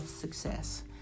Success